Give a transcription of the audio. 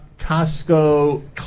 Costco